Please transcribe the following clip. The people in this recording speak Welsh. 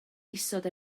isod